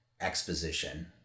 exposition